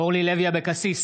אורלי לוי אבקסיס,